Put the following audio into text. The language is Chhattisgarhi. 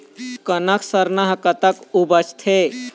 कनक सरना हर कतक उपजथे?